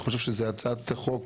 זוהי הצעת חוק,